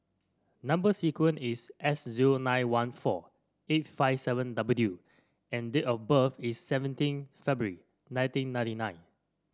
number sequence is S zero nine one four eight five seven W and date of birth is seventeen February nineteen ninety nine